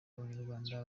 abanyarwanda